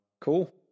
Cool